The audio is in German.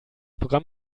programm